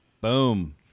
Boom